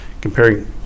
comparing